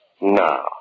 Now